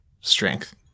strength